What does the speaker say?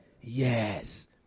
Yes